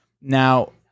Now